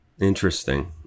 Interesting